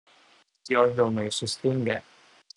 jos delnai sustingę